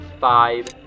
five